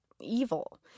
evil